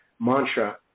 mantra